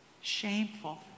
shameful